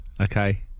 okay